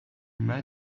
mas